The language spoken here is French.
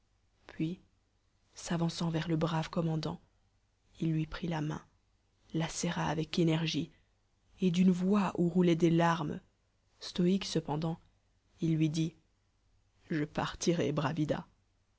puis s'avançant vers le brave commandant il lui prit la main la serra avec énergie et d'une voix où roulaient des larmes stoïque cependant il lui dit je partirai bravida